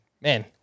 man